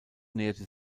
näherte